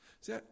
See